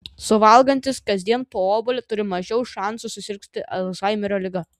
suvalgantys kasdien po obuolį turi mažiau šansų susirgti alzhaimerio liga